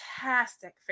fantastic